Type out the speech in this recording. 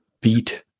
beat